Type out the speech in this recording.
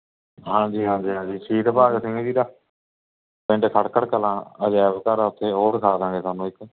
ਹਾਂਜੀ ਹਾਂਜੀ ਹਾਂਜੀ ਸ਼ਹੀਦ ਭਗਤ ਸਿੰਘ ਜੀ ਦਾ ਪਿੰਡ ਖਟਖੜ ਕਲਾ ਅਜਾਇਬ ਘਰ ਉੱਥੇ ਉਹ ਦਿਖਾਦਾਗੇ ਤੁਹਾਨੂੰ ਇੱਕ